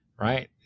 right